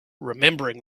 remembering